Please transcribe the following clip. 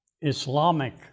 Islamic